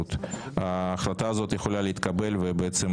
לנבצרות ההחלטה הזו יכולה להתקבל ובעצם